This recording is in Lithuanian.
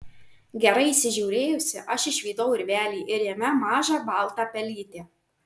gerai įsižiūrėjusi aš išvydau urvelį ir jame mažą baltą pelytę